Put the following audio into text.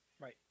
Right